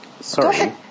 Sorry